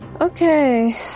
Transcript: Okay